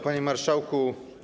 Panie Marszałku!